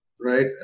Right